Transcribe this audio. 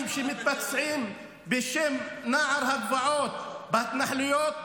שמתבצעים בשם נוער הגבעות בהתנחלויות,